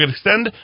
extend